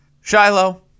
Shiloh